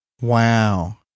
Wow